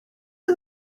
are